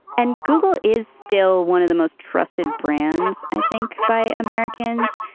and google is still one of the most trusted brands, i think, by americans.